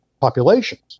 populations